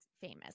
famous